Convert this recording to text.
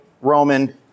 Roman